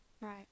Right